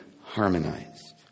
harmonized